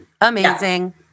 Amazing